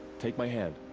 take my hand.